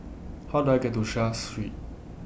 How Do I get to Seah Street